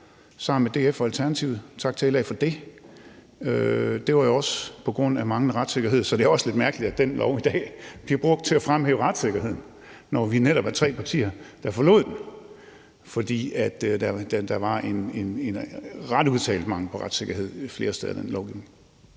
sammen med DF og Alternativet. Tak til LA for det. Det var jo også på grund af manglende retssikkerhed, så det er også lidt mærkeligt, at den lov i dag bliver brugt til at fremhæve retssikkerheden, når vi netop er tre partier, der forlod den, fordi der var en ret udtalt mangel på retssikkerhed flere steder i den lovgivning.